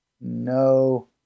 no